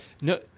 No